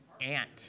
ant